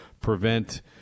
prevent